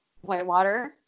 whitewater